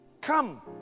come